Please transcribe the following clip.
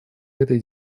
этой